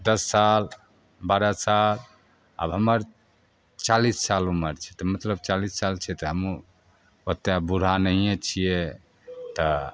दस साल बारह साल आब हमर चालिस साल उमरि छै तऽ मतलब चालिस साल छै तऽ हमहूँ ओतेक बूढ़ा नहिए छिए तऽ